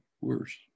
worse